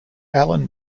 allen